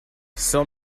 sell